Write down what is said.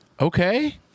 Okay